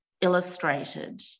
illustrated